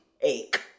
ache